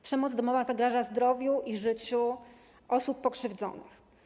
Przemoc domowa zagraża zdrowiu i życiu osób pokrzywdzonych.